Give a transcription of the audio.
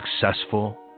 successful